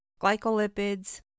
glycolipids